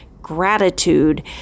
gratitude